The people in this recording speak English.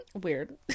weird